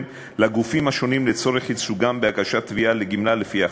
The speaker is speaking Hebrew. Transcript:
לגופים השונים לצורך ייצוגם בהגשת תביעה לגמלה לפי החוק.